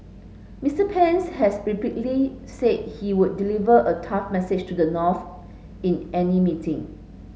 Mister Pence has repeatedly said he would deliver a tough message to the North in any meeting